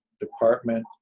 department